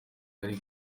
ari